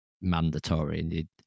mandatory